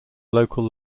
local